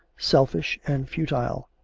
selfish, and futile.